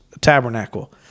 tabernacle